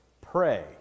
pray